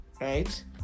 Right